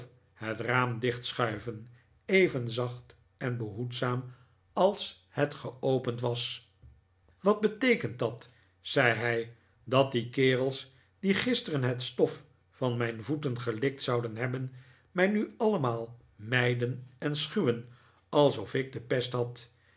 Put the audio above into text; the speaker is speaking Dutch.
het raam dichtschuiven even zacht en behoedzaam als het geopend was wat beteekent dat zei hij dat die kerels die gisteren het stof van mijn voeten gelikt zouden hebben mij nu allemaal mijden en schuwen alsof ik de pest had